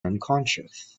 unconscious